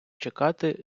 чекати